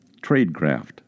Tradecraft